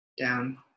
down